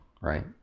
Right